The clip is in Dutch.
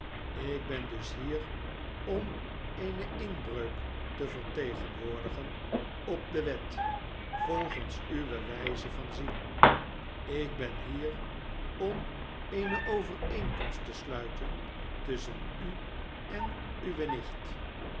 ik ben dus hier om eene inbreuk te vertegenwoordigen op de wet volgens uwe wpe van zien ik ben hier om eene overeenkomst te sluiten tusschen u en uwe nicht